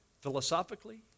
philosophically